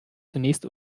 zunächst